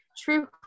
true